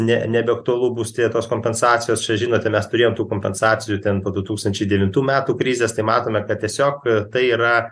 ne nebeaktualu bus tie tos kompensacijos čia žinote mes turėjom tų kompensacijų ten po du tūkstančiai devintų metų krizės tai matome kad tiesiog tai yra